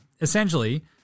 essentially